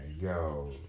yo